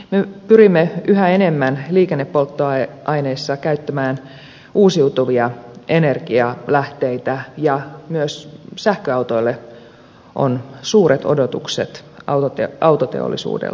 me pyrimme yhä enemmän liikennepolttoaineissa käyttämään uusiutuvia energialähteitä ja myös sähköautoille on suuret odotukset autoteollisuudelta